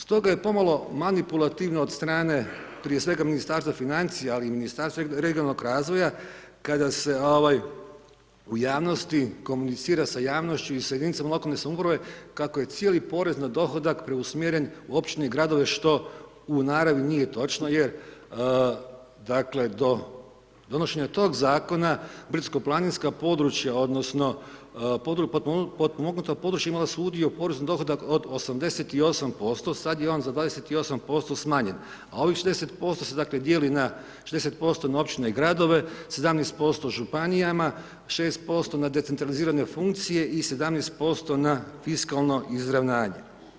Stoga je pomalo manipulativno od strane prije svega Ministarstva financija, ali i Ministarstva regionalnog razvoja, kada se u javnosti komunicira sa javnošću i sa jedinice lokalne samouprave, kako je cijeli porez na dohodak preusmjeren na općine gradove, što u naravno nije točno, jer dakle, do donošenja tog zakona, brdsko planinska područja, odnosno, potpomognuta područja imala su udio poreza na dohodak od 88%, sada je on za 28% smanjen, a ovih 60% se dijeli na … % na općine i gradove, 17% županijama, 6% na decentralizirane funkcije i 17% na fiskalno izravnanje.